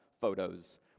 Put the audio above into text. photos